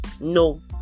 No